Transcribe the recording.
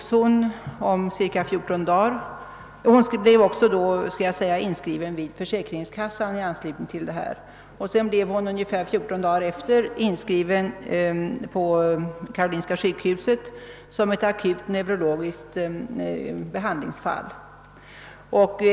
Samtidigt blev hon inskriven i försäkringskassan. Ungefär 14 dagar därefter blev hon intagen på Karolinska sjukhuset som ett akut neurologiskt behandlingsfall.